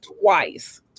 twice